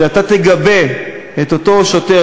שאתה תגבה את אותו שוטר,